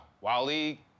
Wally